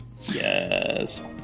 yes